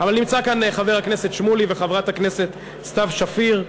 אבל נמצאים כאן חבר הכנסת שמולי וחברת הכנסת סתיו שפיר.